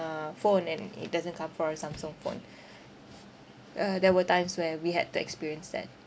uh phone and it doesn't come for a Samsung phone uh there were times where we had to experience that